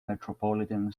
metropolitan